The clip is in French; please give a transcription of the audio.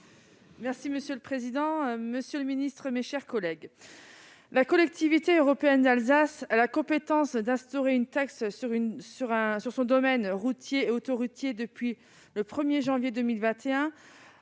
Monsieur le président, monsieur le ministre, mes chers collègues, la Collectivité européenne d'Alsace (CEA) a la compétence d'instaurer une taxe sur son domaine routier et autoroutier depuis le 1 janvier 2021,